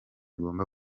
igomba